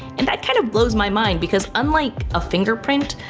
and that kind of blows my mind because unlike a fingerprint,